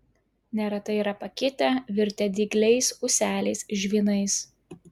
neretai yra pakitę virtę dygliais ūseliais žvynais